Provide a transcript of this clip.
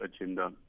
agenda